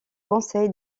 conseil